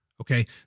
Okay